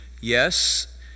Yes